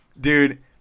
Dude